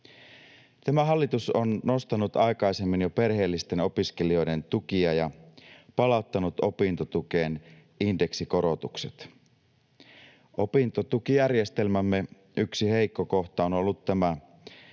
Tämä hallitus on nostanut jo aikaisemmin perheellisten opiskelijoiden tukia ja palauttanut opintotukeen indeksikorotukset. Opintotukijärjestelmämme yksi heikko kohta on ollut tämä,